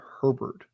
Herbert